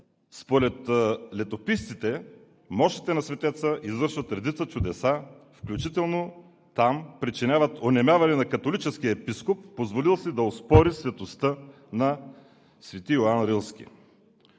Според летописците мощите на светеца извършват редица чудеса, включително причиняват онемяване на католическия епископ, позволил си да оспори светостта на св. Йоан Рилски.